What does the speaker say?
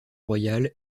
royal